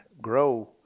grow